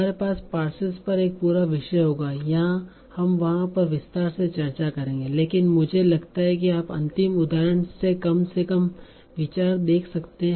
हमारे पास पार्सेस पर एक पूरा विषय होगा हम वहां पर विस्तार से चर्चा करेंगे लेकिन मुझे लगता है कि आप अंतिम उदाहरण से कम से कम विचार देख सकते हैं